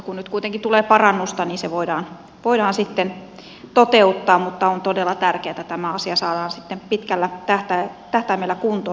kun nyt kuitenkin tulee parannusta niin se voidaan sitten toteuttaa mutta on todella tärkeää että tämä asia saadaan sitten pitkällä tähtäimellä kuntoon